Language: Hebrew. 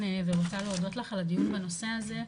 ורוצה להודות לך על הדיון בנושא הזה,